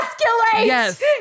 Yes